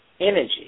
energy